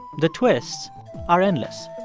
the twists are endless